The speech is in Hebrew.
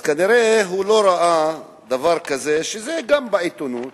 אז כנראה הוא לא ראה דבר כזה, שזה גם בעיתונות,